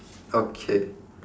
okay